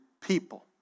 people